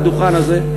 על הדוכן הזה,